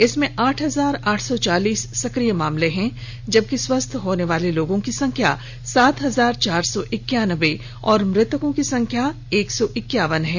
इसमें आठ हजार आठ सौ चालीस सक्रिय मामले हैं जबकि स्वस्थ होने वाले लोगों की संख्या सात हजार चार सौ इक्यानबे और मृतकों की संख्या एक सौ इक्कावन है